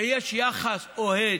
ויש יחס אוהד,